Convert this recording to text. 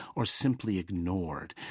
or simply ignored.